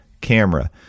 camera